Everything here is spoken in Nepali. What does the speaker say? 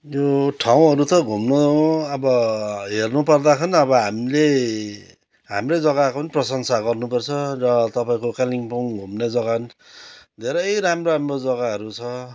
यो ठाउँहरू त घुम्न अब हेर्नुपर्दाखेरि अब हामीले हाम्रै जग्गाको पनि प्रशंसा गर्नुपर्छ र तपाईँको कालिम्पोङ घुम्ने जग्गा पनि धेरै राम्रो राम्रो जग्गाहरू छ